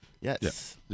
Yes